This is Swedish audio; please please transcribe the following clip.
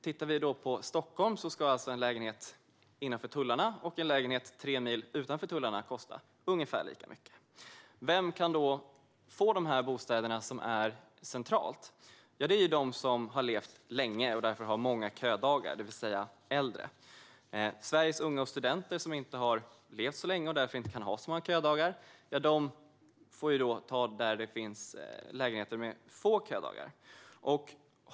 Tittar vi då på Stockholm ska alltså en lägenhet innanför tullarna och en lägenhet tre mil utanför tullarna kosta ungefär lika mycket. Vilka kan då få dessa bostäder som ligger centralt? Ja, det är de som har levt länge och som därför har många ködagar, det vill säga äldre. Sveriges unga och studenter som inte har levt så länge och som därför inte kan ha så många ködagar får ta lägenheter som man inte behöver ha så många ködagar för att få.